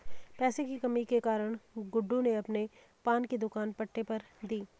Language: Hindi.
पैसे की कमी के कारण गुड्डू ने अपने पान की दुकान पट्टे पर दी